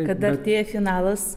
kada artėja finalas